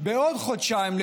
לגברים בעוד חודשיים.